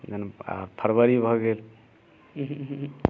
आ फरवरी भऽ गेल